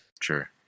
sure